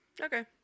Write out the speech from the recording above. Okay